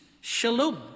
shalom